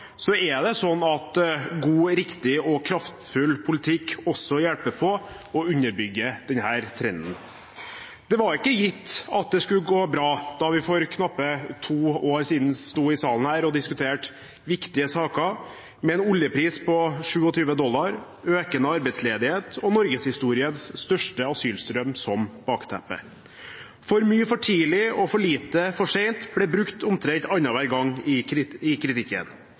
så robust som det er i dag, er det slik at god, riktig og kraftfull politikk også hjelper på og underbygger denne trenden. Det var ikke gitt at det skulle gå bra da vi for knappe to år siden sto i salen her og diskuterte viktige saker med en oljepris på 27 dollar, økende arbeidsledighet og norgeshistoriens største asylstrøm som bakteppe. «For mye for tidlig» og «for lite for sent» ble brukt omtrent annenhver gang i kritikken.